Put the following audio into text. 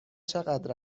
چقدر